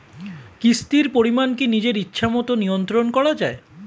কিস্তির পরিমাণ কি নিজের ইচ্ছামত নিয়ন্ত্রণ করা যায়?